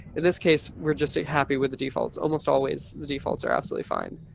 in this case, we're just ah happy with the defaults almost always the defaults are absolutely fine.